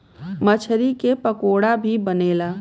मछरी के पकोड़ा भी बनेला